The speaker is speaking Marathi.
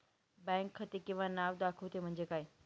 बँक खाते किंवा नाव दाखवते म्हणजे काय?